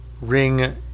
ring